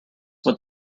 what